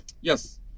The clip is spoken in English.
Yes